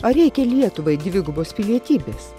ar reikia lietuvai dvigubos pilietybės